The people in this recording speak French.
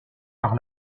par